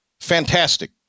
Fantastic